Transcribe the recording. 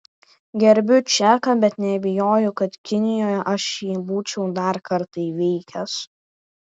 gerbiu čeką bet neabejoju kad kinijoje aš jį būčiau dar kartą įveikęs